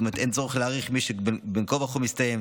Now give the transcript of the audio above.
זאת אומרת אין צורך להאריך למי שבין כה וכה מסיים,